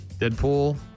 Deadpool